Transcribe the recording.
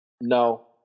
No